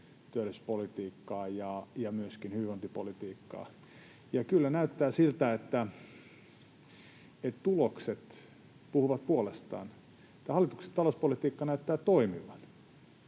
myöskin hyvinvointipolitiikkaa. Ja kyllä näyttää siltä, että tulokset puhuvat puolestaan. Tämän hallituksen talouspolitiikka näyttää toimivan.